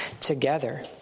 together